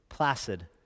Placid